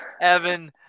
Evan